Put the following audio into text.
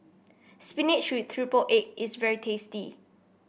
spinach with triple egg is very tasty